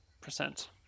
Percent